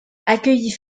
accueillit